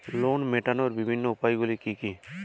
Loan মেটানোর বিভিন্ন উপায়গুলি কী কী?